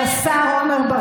של השר עמר בר